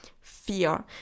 fear